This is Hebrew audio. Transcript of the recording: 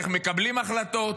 איך מקבלים החלטות.